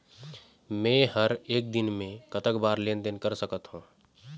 मे हर एक दिन मे कतक बार लेन देन कर सकत हों?